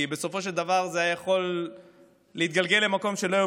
כי בסופו של דבר זה היה יכול להתגלגל למקום שלא היו